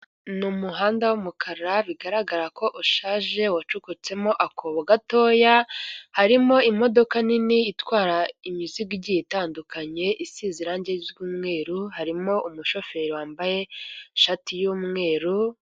Ni muhanda w'umukara bigaragara ko ushaje, wacukutsemo akobo gatoya, harimo imodoka nini itwara imizigo igiye itandukanye, isize irangi ry'umweru, harimo umushoferi wambaye ishati yumweru